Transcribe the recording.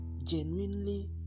genuinely